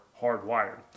hardwired